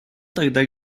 тогда